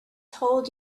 told